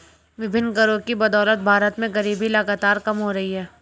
विभिन्न करों की बदौलत भारत में गरीबी लगातार कम हो रही है